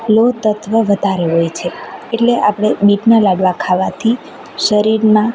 લોહ તત્ત્વ વધારે હોય છે એટલે આપણે બીટના લાડવા ખાવાથી શરીરમાં